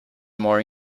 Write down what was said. more